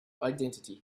identity